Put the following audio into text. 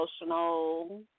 emotional